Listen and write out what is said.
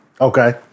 Okay